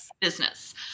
business